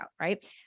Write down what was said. right